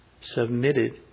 submitted